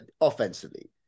offensively